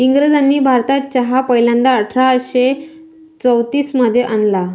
इंग्रजांनी भारतात चहा पहिल्यांदा अठरा शे चौतीस मध्ये आणला